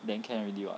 then can already [what]